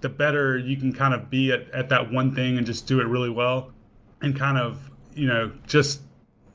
the better you can kind of be at at that one thing and just do it really well and kind of you know just